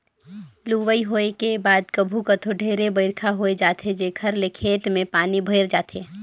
लुवई होए के बाद कभू कथों ढेरे बइरखा होए जाथे जेखर ले खेत में पानी भइर जाथे